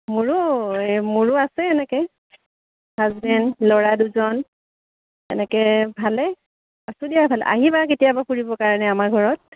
মোৰো এই মোৰো আছে এনেকৈ হাজবেণ্ড ল'ৰা দুজন এনেকৈ ভালেই আছোঁ দিয়া ভালেই আহিবা কেতিয়াবা ফুৰিবৰ কাৰণে আমাৰ ঘৰত